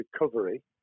recovery